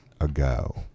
ago